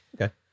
Okay